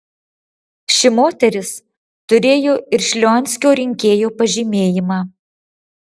ši moteris turėjo ir šlionskio rinkėjo pažymėjimą